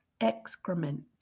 excrement